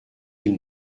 ils